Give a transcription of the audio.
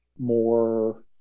more